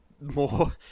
more